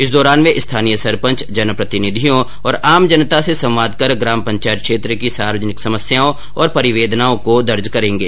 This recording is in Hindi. इस दौरान वे स्थानीय सरपंच जन प्रतिनिधियों और आम जनता से संवाद कर ग्राम पंचायत क्षेत्र की सार्वजनिक समस्याओं और परिवेदनाओं को दर्ज करेंगे